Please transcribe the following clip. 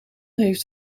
heeft